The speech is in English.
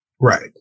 Right